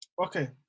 Okay